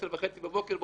10:30 בבוקר באודיטוריום,